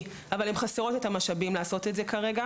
אבל הן חסרות את המשאבים לעשות את זה כרגע.